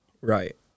Right